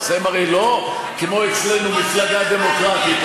אצלכם, הרי, לא כמו אצלנו, מפלגה דמוקרטית.